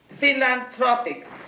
philanthropics